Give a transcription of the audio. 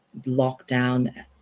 lockdown